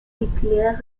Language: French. éclair